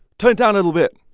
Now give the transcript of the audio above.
turn it down a little bit